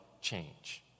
Change